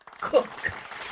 Cook